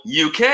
UK